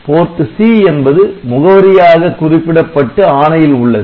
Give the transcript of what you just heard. PORT C என்பது "முகவரியாக குறிப்பிடப்பட்டு" ஆணையில் உள்ளது